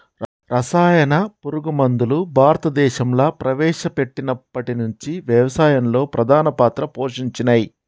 రసాయన పురుగు మందులు భారతదేశంలా ప్రవేశపెట్టినప్పటి నుంచి వ్యవసాయంలో ప్రధాన పాత్ర పోషించినయ్